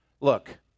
look